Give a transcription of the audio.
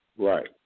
Right